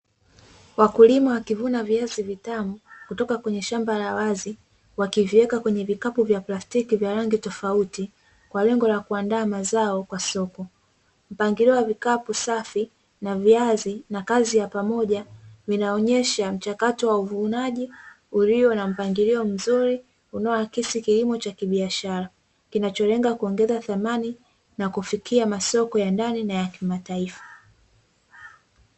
Wakulima wakivuna viazi vitamu kutoka kwenye shamba la wazi wakiviweka kwenye vikapu vya plastiki vya rangi tofauti kwa lengo la kuandaa mazao kwa soko. Mpangilio wa vikapu safi na viazi na kazi ya pamoja vinaonesha mchakato wa uvunaji ulio na mpangilio mzuri unaoakisi kilimo cha kibiashara, kinacholenga kuongeza thamani na kufikia masoko ya ndani na ya kimataifa.